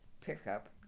pickup